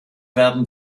werden